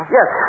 Yes